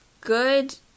good